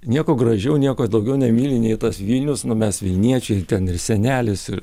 nieko gražiau nieko daugiau nemyli nei tas vilnius nu mes vilniečiai ten ir senelis ir